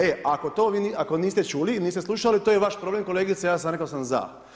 E ako niste čuli, niste slušali, to je vaš problem, kolegice, ja sam rekao da sam za.